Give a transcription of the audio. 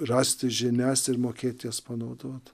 rasti žinias ir mokėti jas panaudoti